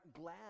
glad